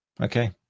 Okay